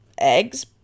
eggs